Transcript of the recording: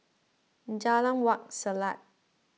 Jalan Wak Selat